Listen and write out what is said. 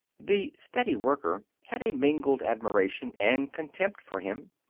the steady worker had a mingled admiration and contempt for him.